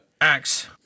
axe